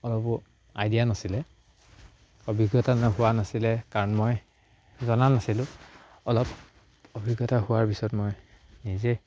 অলপো আইডিয়া নাছিলে অভিজ্ঞতা নোৱা নাছিলে কাৰণ মই জনা নাছিলোঁ অলপ অভিজ্ঞতা হোৱাৰ পিছত মই নিজে